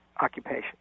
occupation